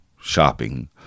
shopping